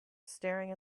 staring